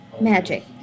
magic